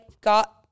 got